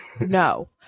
no